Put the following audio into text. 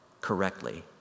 correctly